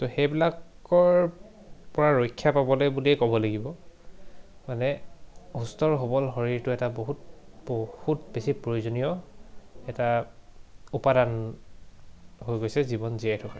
তো সেইবিলাকৰ পৰা ৰক্ষা পাবলৈ বুলিয়েই ক'ব লাগিব মানে সুস্থ সৱল শৰীৰটো এটা বহুত বহুত বেছি প্ৰয়োজনীয় এটা উপাদান হৈ গৈছে জীৱন জীয়াই থকাৰ